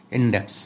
index